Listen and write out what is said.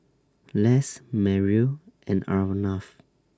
Les Mariel and Arnav